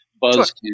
buzz